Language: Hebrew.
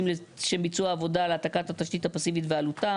לשם ביצוע העבודה להעתקת התשתית הפסיבית ועלותם,